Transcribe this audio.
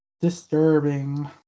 Disturbing